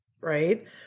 right